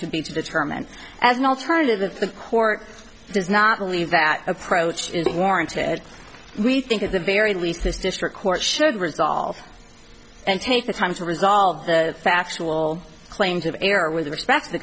should be to determine as an alternative that the court does not believe that approach is warranted we think at the very least this district court should resolve and take the time to resolve the factual claims of error with respect to the